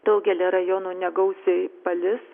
daugelyje rajonų negausiai palis